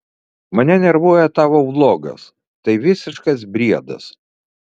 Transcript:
mane nervuoja tavo vlogas tai visiškas briedas